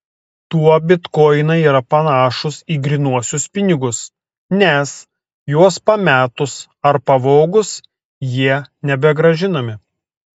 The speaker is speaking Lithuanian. tuo bitkoinai yra panašūs į grynuosius pinigus nes juos pametus ar pavogus jie nebegrąžinami